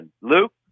Luke